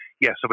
yes